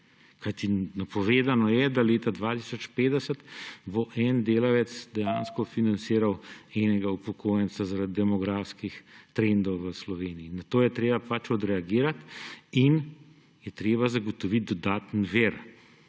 Kajti napovedano je, da leta 2050 bo en delavec dejansko financiral enega upokojenca zaradi demografskih trendov v Sloveniji. Na to je treba pač odreagirati in je treba zagotoviti dodaten vir.